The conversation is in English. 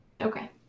Okay